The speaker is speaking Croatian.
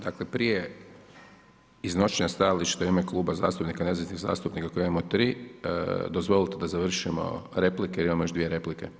Dakle, prije iznošenje stajališta u ime Kluba zastupnika nezavisnih zastupnika, koje imamo 3, dozvolite da završimo replike, imamo još 2 replike.